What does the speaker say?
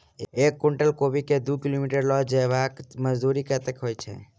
एक कुनटल कोबी केँ दु किलोमीटर लऽ जेबाक मजदूरी कत्ते होइ छै?